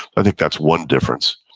i think that's one difference.